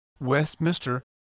Westminster